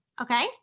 okay